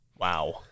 Wow